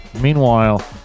Meanwhile